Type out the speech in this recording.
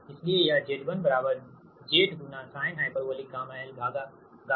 इसीलिए यह Z1 Z sinh γ lγ lहै